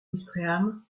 ouistreham